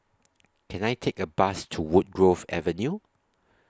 Can I Take A Bus to Woodgrove Avenue